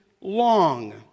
long